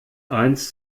eins